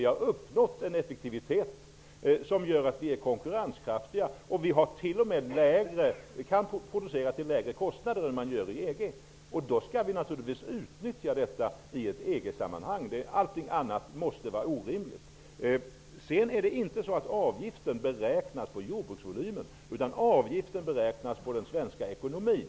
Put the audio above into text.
Vi har uppnått en effektivitet som gör att Sverige är konkurrenskraftigt. I Sverige kan vi t.o.m. producera till lägre kostnader än vad man kan i EG. Detta skall vi naturligtvis utnyttja i ett EG-sammanhang. Allting annat måste vara orimligt. Avgiften till EG beräknas inte på jordbruksvolymen. Avgiften beräknas på grundval av den svenska ekonomin.